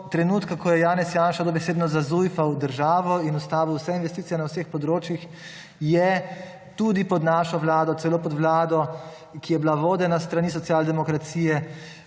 trenutka, ko je Janez Janša dobesedno zazujfal državo in ustavil vse investicije na vseh področjih, je tudi pod našo vlado, celo pod vlado, ki je bila vodena s strani socialdemokracije,